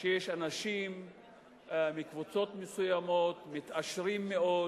שיש אנשים מקבוצות מסוימות שמתעשרים מאוד,